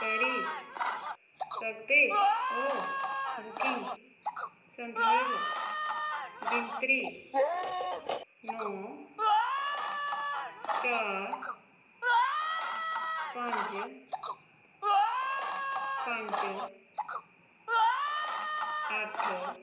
करी सकदे ओ बुकिंग संदर्भ गिनतरी नौ चार पंज पंज अट्ठ